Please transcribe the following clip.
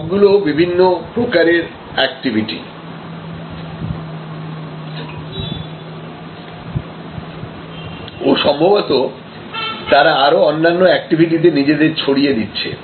এই সবগুলো বিভিন্ন প্রকারের অ্যাক্টিভিটি ও সম্ভবত তারা আরো অন্যান্য অ্যাকটিভিটিতে নিজেদের ছড়িয়ে দিচ্ছে